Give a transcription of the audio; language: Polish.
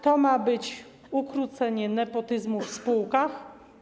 To ma być ukrócenie nepotyzmu w spółkach?